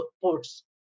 ports